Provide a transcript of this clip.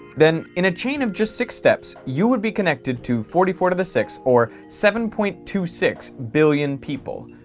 then in a chain of just six steps you would be connected to forty four to the sixth or seven point two six billion people,